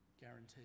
guaranteed